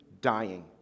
dying